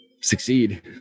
Succeed